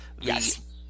yes